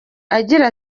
agira